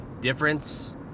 difference